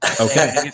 okay